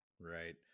Right